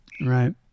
Right